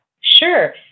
Sure